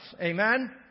Amen